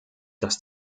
dass